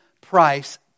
price